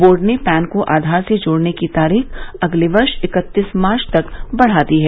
board ने PAN को आधार से जोड़ने की तारीख अगले वर्ष इकत्तीस मार्च तक बढ़ा दी है